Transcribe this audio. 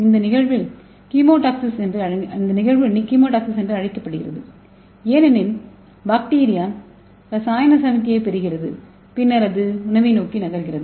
இந்த நிகழ்வு கெமோடாக்சிஸ் என்று அழைக்கப்படுகிறது ஏனெனில் பாக்டீரியா ரசாயன சமிக்ஞைகளைப் பெறுகிறது பின்னர் அது உணவை நோக்கி நகர்கிறது